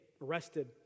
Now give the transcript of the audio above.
arrested